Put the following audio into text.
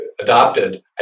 adopted